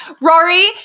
Rory